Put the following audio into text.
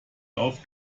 auf